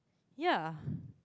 yeah